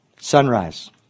Sunrise